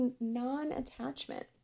non-attachment